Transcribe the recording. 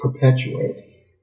perpetuate